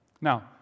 Now